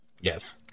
Yes